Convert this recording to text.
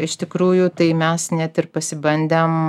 iš tikrųjų tai mes net ir pasibandėm